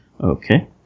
Okay